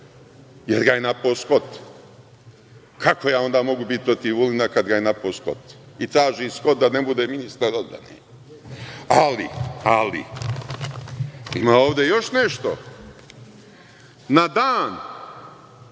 jer ga je napao Skot. Kako ja onda mogu biti protiv Vulina, kada ga je napao Skot i traži Skot da ne bude ministar odbrane. Ali, ima ovde još nešto, na dan